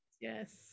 Yes